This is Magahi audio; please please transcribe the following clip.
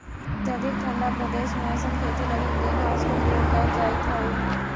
अत्यधिक ठंडा प्रदेश में अइसन खेती लगी ग्रीन हाउस के प्रयोग कैल जाइत हइ